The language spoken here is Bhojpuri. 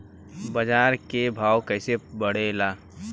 बाजार के भाव कैसे बढ़े ला?